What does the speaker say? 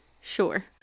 Sure